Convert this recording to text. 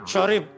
Sorry